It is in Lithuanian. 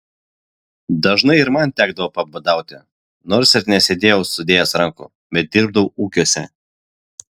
dažnai ir man tekdavo pabadauti nors ir nesėdėjau sudėjęs rankų bet dirbdavau ūkiuose